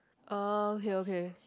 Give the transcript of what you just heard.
oh okay okay